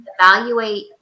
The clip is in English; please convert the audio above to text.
evaluate